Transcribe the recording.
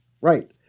right